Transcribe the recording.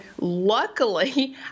luckily